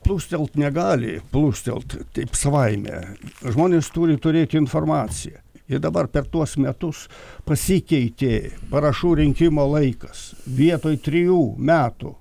plūstelt negali plūstelt taip savaime žmonės turi turėti informaciją ir dabar per tuos metus pasikeitė parašų rinkimo laikas vietoj trijų metų